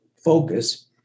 focus